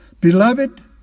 Beloved